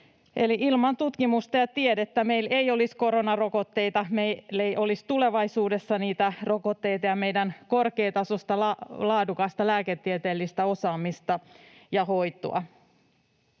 eli ilman tutkimusta ja tiedettä meillä ei olisi koronarokotteita, meillä ei olisi tulevaisuudessa niitä rokotteita ja meidän korkeatasoista, laadukasta lääketieteellistä osaamista ja hoitoa.